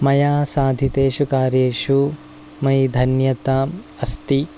मया साधितेषु कार्येषु मयि धन्यताम् अस्ति